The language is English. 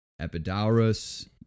Epidaurus